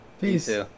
Peace